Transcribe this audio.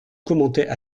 commentaient